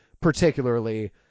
particularly